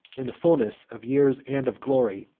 in the fulness of years and of glory,